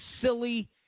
silly